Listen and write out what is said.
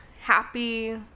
happy